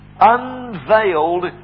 unveiled